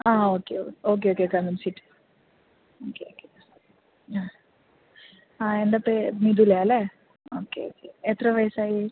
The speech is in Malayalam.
ആ okay okay okay come and sit okay okay ആ ആ എന്താ മിഥുല അല്ലേ ഓക്കെ ഓക്കെ എത്ര വയസ്സായി